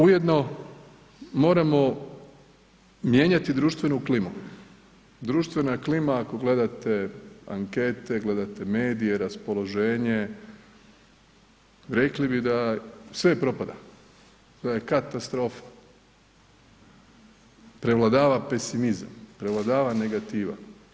Ujedno moramo mijenjati društvenu klimu, društvena klima ako gledate ankete, gledate medije, raspoloženje rekli bi da sve propada, to je katastrofa, prevladava pesimizam, prevladava negativa.